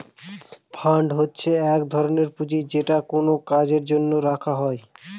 fund হচ্ছে এক ধরনের পুঁজি যেটা কোনো কাজের জন্য রাখা হয়